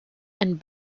and